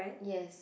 yes